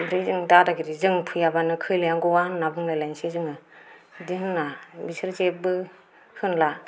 बिदि जों दादागिरि जों फैयाबानो खैलायानो गवा होन्नानै बुंलायलायनोसै जोङो बिदि होनब्ला बिसोर जेबबो होनला